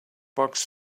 box